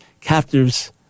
Captives